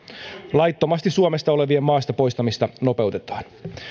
laittomasti suomessa olevien maasta poistamista nopeutetaan